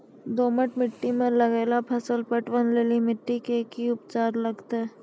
दोमट मिट्टी मे लागलो फसल मे पटवन लेली मिट्टी के की उपचार करे लगते?